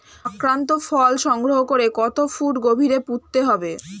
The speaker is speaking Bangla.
আক্রান্ত ফল সংগ্রহ করে কত ফুট গভীরে পুঁততে হবে?